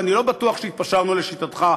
ואני לא בטוח שהתפשרנו לשיטתך,